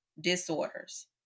disorders